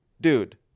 dude